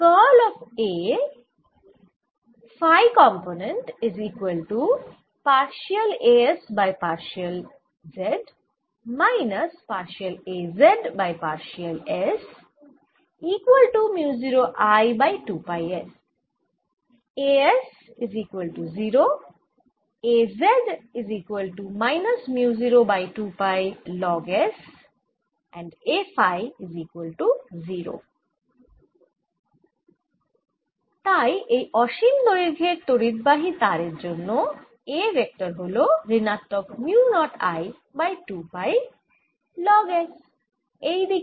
তাই এই অসীম দৈর্ঘ্যের তড়িদবাহী তারের জন্য A ভেক্টর হল ঋণাত্মক mu naught I by 2 pi log sএই দিকে